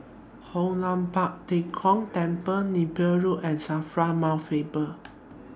Hoon Lam Tua Pek Kong Temple Napier Road and SAFRA Mount Faber